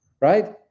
right